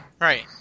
Right